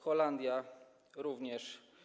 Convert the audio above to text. Holandia - również.